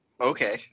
Okay